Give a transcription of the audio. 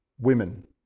women